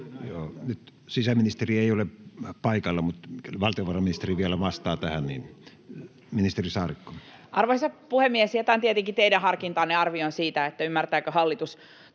hallitukselle kuuluu!] mutta valtiovarainministeri vielä vastaa tähän. — Ministeri Saarikko. Arvoisa puhemies! Jätän tietenkin teidän harkintaanne arvion siitä, ymmärtääkö hallitus